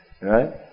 right